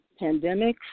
pandemics